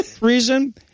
reason